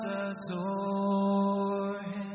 adore